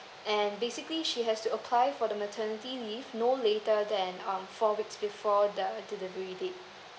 and basically she has to apply for the maternity leave no later than um four weeks before the delivery date